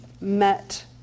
met